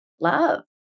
love